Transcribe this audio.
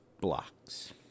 blocks